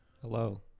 Hello